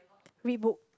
read book